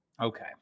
Okay